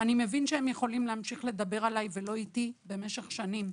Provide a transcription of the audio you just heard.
אני מבין שהם יכולים להמשיך לדבר עלי ולא אתי במשך שנים.